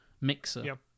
mixer